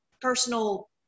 personal